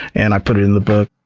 and i put it in the book,